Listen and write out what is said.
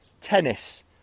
tennis